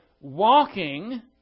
walking